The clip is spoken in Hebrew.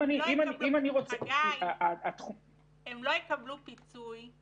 אם הם לא יקבלו פיצוי אז